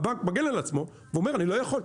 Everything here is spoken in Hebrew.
והבנק מגן על עצמו ואומר אני לא יכול.